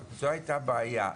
זאת הייתה בעיה,